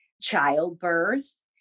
childbirth